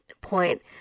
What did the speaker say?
point